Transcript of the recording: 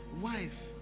Wife